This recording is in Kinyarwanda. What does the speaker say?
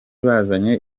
bazanye